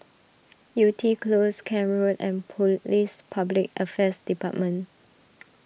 Yew Tee Close Camp Road and Police Public Affairs Department